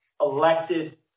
elected